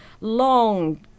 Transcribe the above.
long